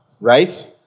right